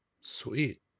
sweet